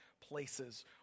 places